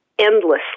endlessly